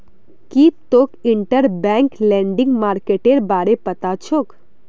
की तोक interbank lending मार्केटेर बारे पता छोक